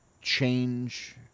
change